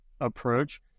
approach